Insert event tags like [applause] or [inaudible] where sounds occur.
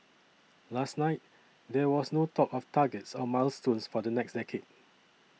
[noise] last night there was no talk of targets or milestones for the next decade